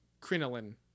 crinoline